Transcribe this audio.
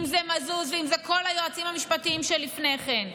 זה מזוז ואם זה כל היועצים המשפטיים שלפני כן.